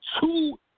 two